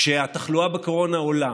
כשהתחלואה בקורונה עולה